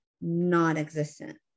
non-existent